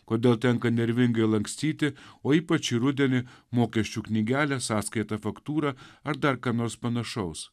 kodėl tenka nervingai lakstyti o ypač rudenį mokesčių knygelę sąskaitą faktūrą ar dar ką nors panašaus